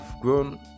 grown